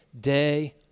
day